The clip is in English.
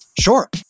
Sure